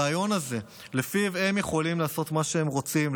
הרעיון הזה שלפיו הם יכולים לעשות מה שהם רוצים,